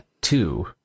two